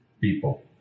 people